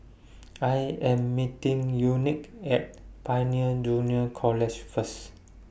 I Am meeting Unique At Pioneer Junior College First